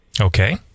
Okay